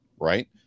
right